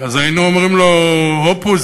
אז היינו אומרים לו: אוֹפּוּ,